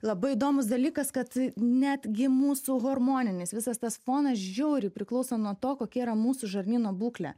labai įdomus dalykas kad netgi mūsų hormoninis visas tas fonas žiauriai priklauso nuo to kokia yra mūsų žarnyno būklė